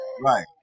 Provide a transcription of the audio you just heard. Right